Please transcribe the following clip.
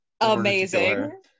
Amazing